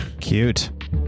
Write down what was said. Cute